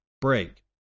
break